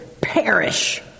perish